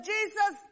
Jesus